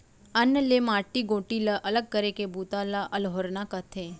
अन्न ले माटी गोटी ला अलग करे के बूता ल अल्होरना कथें